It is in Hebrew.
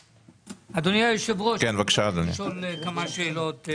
אדוני היושב ראש, אני רוצה לשאול כמה שאלות.